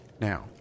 Now